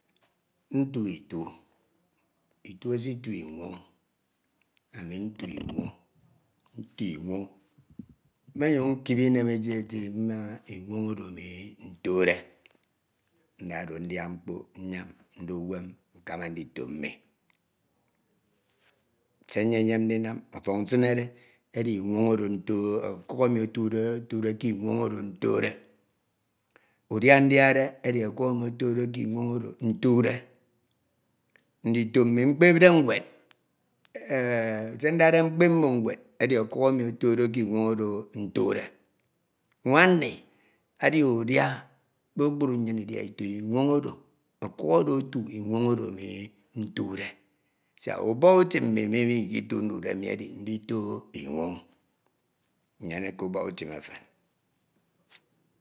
Mmama mi kitu mkpon mi kitu kpukpru uwem mmi eke ntono mi ke itu. nnyun nka mfiak nyon ndi itu. tono nkemama mi kitu nkip inem itu eke. totno ke akpri mmi nkip inem itu. enyene mme mkpri nkeme ufem ini oro kitu eke nkip inem nkene ufan oro. mkpri inyan oro nnyin isikode. mkpri nsana oro isisana de. nte nnyin isanade. mme mkpri mkpri mme ufan mmi iden owu odo iko mkpri inyan isana ma mme eka nnyin oro ke inwon anam mme mkpo oro anam nkip inem tutu eke tutu nyin mmama mkpon kitu eke. ndu mi ke itu eke nko. nko mkpri inyan nka ufok nwed. ufok nwed nni ke akpa ntono ufok nwed nni ntono mi ke itu eke. nyum nka ntre k'itie akpanade ntre. mbemisi ndiworo nkaka ufok nwed k'itie efen nyun mfiak nyon ndi. oro anam mi nkip inem itu eke eti eti. nyeneke mfina itu eke nka inyeneke mfina ma mai. inyeneke mfina ma owu ndimekied efen so mekip inem ini eke tono nkemana nyun ntonode mi tutu esin idaha isua ema eke ndade mi mfin. ndikabade ndi obon mkparawa efuri efuri etu eke.